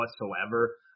whatsoever